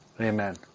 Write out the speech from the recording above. Amen